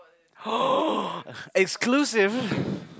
exclusive